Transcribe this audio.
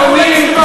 אדוני,